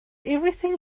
everything